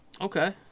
Okay